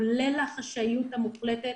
כולל החשאיות המוחלטת,